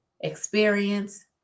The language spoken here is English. experience